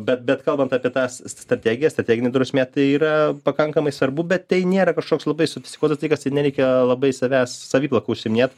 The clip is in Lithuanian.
bet bet kalbant apie tas strategijas strateginė drausmė tai yra pakankamai svarbu bet tai nėra kažkoks labai supsikuotas dalykas tai nereikia labai savęs saviplaka užsiiminėt